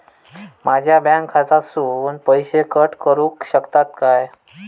माझ्या बँक खात्यासून पैसे कट करुक शकतात काय?